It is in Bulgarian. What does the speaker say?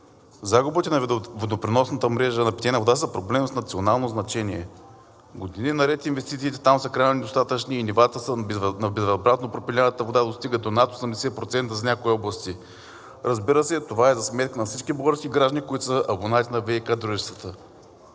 Загубите на водопреносната мрежа на питейна вода са проблем с национално значение. Години наред инвестициите там са крайно недостатъчни и нивата на безвъзвратно пропиляната вода достигат до над 80% за някои области. Разбира се, това е за сметка на всички български граждани, които са абонати на ВиК дружествата.